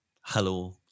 hello